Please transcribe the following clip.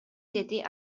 деди